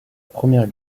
première